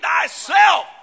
thyself